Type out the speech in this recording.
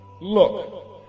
Look